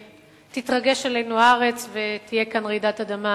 תתרגש עלינו הארץ ותהיה כאן רעידת אדמה,